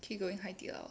keep going Hai-Di-Lao